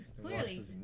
clearly